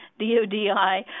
DODI